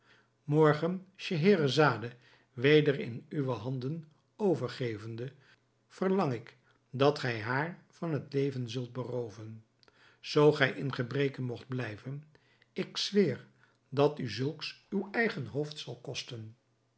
morgen scheherazade weder in uwe handen overgevende verlang ik dat gij haar van het leven zult berooven zoo gij in gebreke mogt blijven ik zweer dat u zulks uw eigen hoofd zal kosten